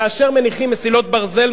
כאשר מניחים מסילות ברזל,